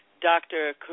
Dr